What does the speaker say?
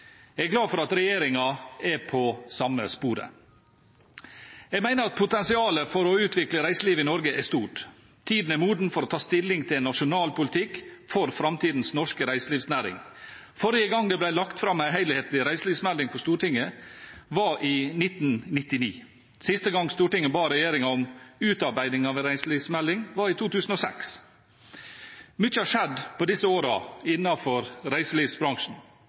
Jeg er glad for at regjeringen er på samme sporet. Jeg mener at potensialet for å utvikle reiselivet i Norge er stort. Tiden er moden for å ta stilling til en nasjonal politikk for framtidens norske reiselivsnæring. Forrige gang det ble lagt fram en helhetlig reiselivsmelding for Stortinget, var i 1999. Siste gang Stortinget ba regjeringen om utarbeiding av en reiselivsmelding, var i 2006. Mye har skjedd på disse årene innenfor reiselivsbransjen.